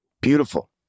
beautiful